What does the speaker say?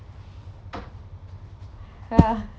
ya